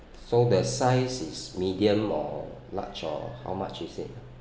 so the size is medium or large or how much is it